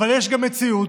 אבל יש גם מציאות,